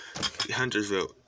Huntersville